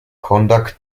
conduct